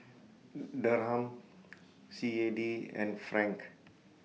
Dirham C A D and Franc